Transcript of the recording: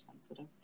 sensitive